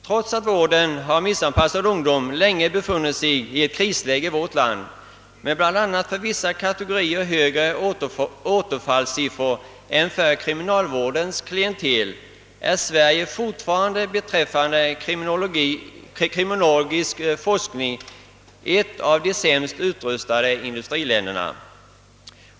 Trots att vården av missanpassad ungdom länge befunnit sig i ett krisläge i vårt land med bl.a. för vissa kategorier högre återfallssiffror än för kriminalvårdens klientel, är Sverige beträffande kriminologisk forskning fortfarande ett av de sämst utrustade industriländerna.